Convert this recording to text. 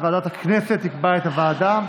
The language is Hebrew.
ועדת הכנסת תקבע את הוועדה.